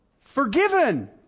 forgiven